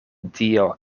dio